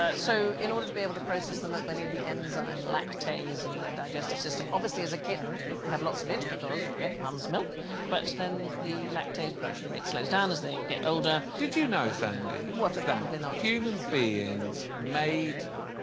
ah so in order to be able to process the milk, they need the enzyme lactase in their digestive system obviously as a kitten you have lots of it because you get mum's milk but then the lactase production rate slows down as they get older did, you know sandy what probably not human beings made?